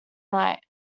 night